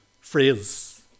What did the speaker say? phrase